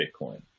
Bitcoin